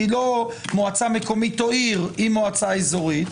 היא לא מועצה מקומית או עיר, היא מועצה אזורית,